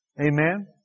Amen